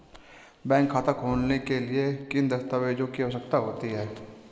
Bank खाता खोलने के लिए किन दस्तावेज़ों की आवश्यकता होती है?